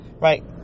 right